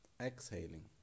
exhaling